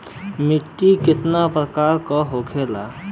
मिट्टी कितना प्रकार के होखेला?